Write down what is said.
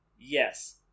Yes